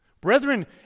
Brethren